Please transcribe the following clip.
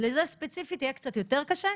לזה ספציפית יהיה קצת יותר קשה.